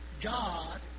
God